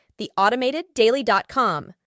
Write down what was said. theautomateddaily.com